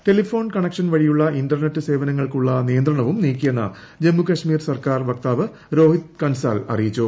telephone connection വഴിയുള്ള internet സ്റ്റ്വർക്കുള്ള നിയന്ത്രണവും നീക്കിയെന്ന് ജമ്മുകൾമീർ സർക്കാർ വക്താവ് രോഹിത് കൻസാൽ അറിയിച്ചു